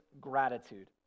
gratitude